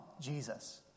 Jesus